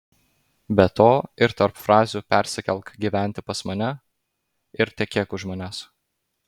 be to ir tarp frazių persikelk gyventi pas mane ir tekėk už manęs